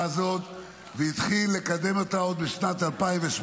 הזאת והתחיל לקדם אותה עוד בשנת 2018,